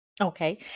Okay